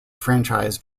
franchise